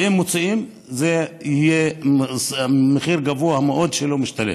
ואם מוצאים, זה יהיה במחיר גבוה מאוד שלא משתלם.